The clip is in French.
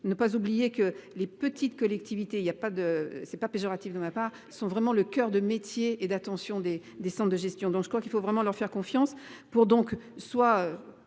Ne pas oublier que les petites collectivités. Il y a pas de c'est pas péjoratif de ma part sont vraiment le coeur de métier et d'attention des des de gestion. Donc je crois qu'il faut vraiment leur faire confiance pour donc soit.